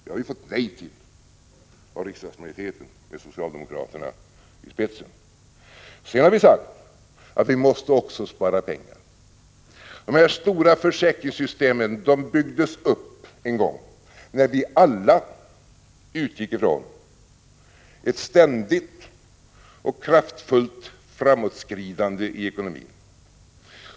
Det har vi fått nej till från riksdagsmajoriteten, med socialdemokraterna i spetsen. Sedan har vi sagt att vi också måste spara pengar. Dessa stora försäkrings ystem byggdes upp en gång när vi alla utgick ifrån ett ständigt och kraftfullt amåtskridande i ekonomin.